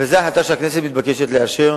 וזאת ההחלטה שהכנסת מתבקשת לאשר,